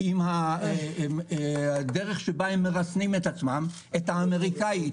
עם הדרך שבה הם מרסנים את עצמם וגם את האמריקנית.